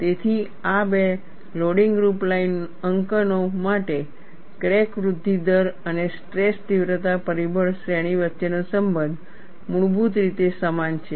તેથી આ બે લોડિંગ રૂપલાઇન ંકનો માટે ક્રેક વૃદ્ધિ દર અને સ્ટ્રેસ તીવ્રતા પરિબળ શ્રેણી વચ્ચેનો સંબંધ મૂળભૂત રીતે સમાન છે